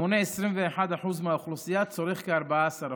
המונה 21% מהאוכלוסייה, צורך כ-14%.